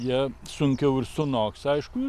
jie sunkiau ir sunoks aišku